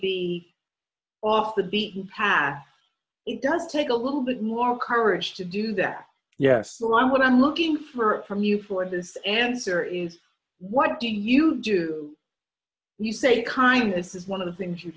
be off the beaten path it does take a little bit more courage to do that yes a lot of what i'm looking for from you for this answer is what do you do you say kindness is one of the things you